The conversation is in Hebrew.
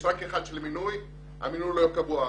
רק אחד שהוא במינוי והמינוי לא קבוע.